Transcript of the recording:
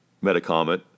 Metacomet